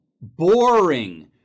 boring